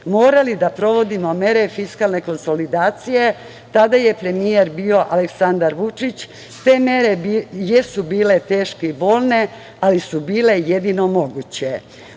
morali da provodimo mere fiskalne konsolidacije. Tada je premijer bio Aleksandar Vučić. Te mere jesu bile teške i bolne, ali su bile jedino moguće.